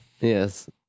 Yes